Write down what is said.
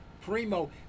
primo